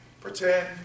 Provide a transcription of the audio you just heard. pretend